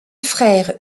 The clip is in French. frère